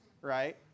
Right